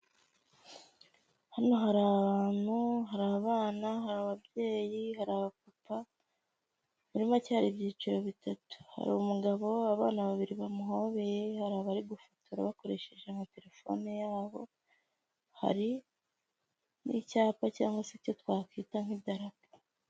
Hano hari abantu, hari abana, ababyeyi, hari abapapa muri make hari ibyiciro bitatu, hari umugabo, abana babiri bamuhobeye hari abari gufotora bakoresheje amatelefone yabo, hari n'icyapa cyangwa se icyo twakita nk'idarapo.